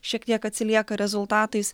šiek tiek atsilieka rezultatais